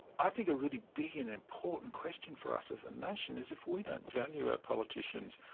i think a really big and important question for us as a nation is if we don't value our politicians,